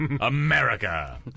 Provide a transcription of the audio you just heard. America